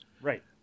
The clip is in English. Right